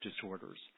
Disorders